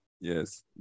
Yes